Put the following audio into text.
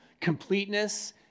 completeness